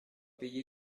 payer